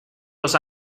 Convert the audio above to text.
dos